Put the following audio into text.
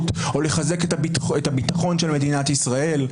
או לחזק את הביטחון של מדינת ישראל.